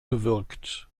bewirkt